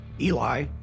Eli